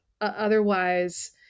Otherwise